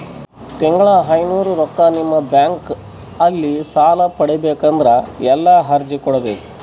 ತಿಂಗಳ ಐನೂರು ರೊಕ್ಕ ನಿಮ್ಮ ಬ್ಯಾಂಕ್ ಅಲ್ಲಿ ಸಾಲ ಪಡಿಬೇಕಂದರ ಎಲ್ಲ ಅರ್ಜಿ ಕೊಡಬೇಕು?